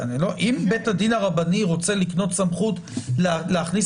אם בית הדין הרבני רוצה לקנות סמכות להכניס